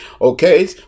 Okay